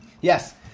Yes